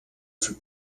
fut